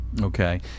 Okay